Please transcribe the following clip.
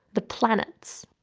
the planets.